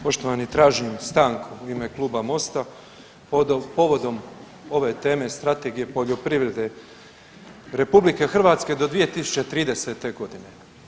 Poštovani, tražim stanku u ime Kluba Mosta povodom ove teme Strategije poljoprivrede RH do 2030.g.